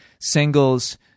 singles